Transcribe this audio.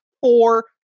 four